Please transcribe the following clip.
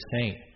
saint